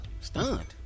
stunned